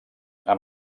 amb